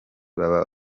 baba